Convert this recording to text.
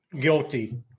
guilty